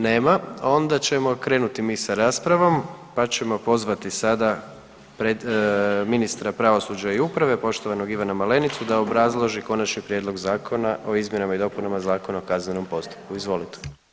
Nema, onda ćemo krenuti mi sa raspravom, pa ćemo pozvati sada ministra pravosuđa i uprave poštovanog Ivana Malenicu da obrazloži Konačni prijedlog zakona o izmjenama i dopunama Zakona o kaznenom postupku, izvolite.